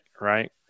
Right